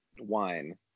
wine